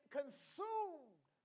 consumed